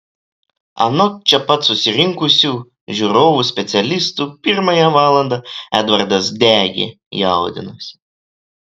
anot čia pat susirinkusių žiūrovų specialistų pirmąją valandą edvardas degė jaudinosi